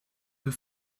für